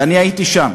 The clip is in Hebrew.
והייתי שם